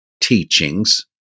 teachings